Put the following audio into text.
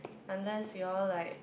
unless we all like